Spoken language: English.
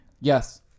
Yes